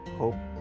hope